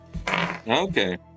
Okay